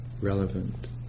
relevant